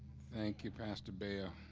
thank you pastor bail